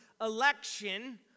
election